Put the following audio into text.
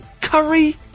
curry